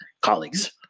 colleagues